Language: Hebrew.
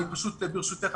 ברשותך,